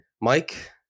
Mike